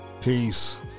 Peace